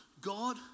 God